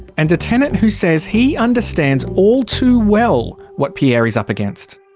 and a tenant who says he understands all too well what pierre is up against.